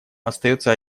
остается